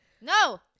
No